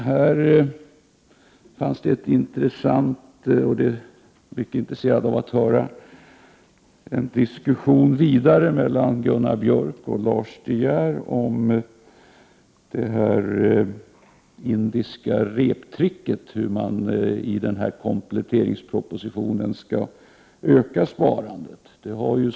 Här skulle jag vara mycket intresserad av att höra en diskussion mellan Gunnar Björk och Lars De Geer om det där indiska reptricket, om hur man i kompletteringspropositionen skall kunna öka sparandet.